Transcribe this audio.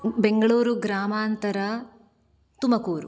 बेङ्गलूरुग्रामान्तर Tumakuru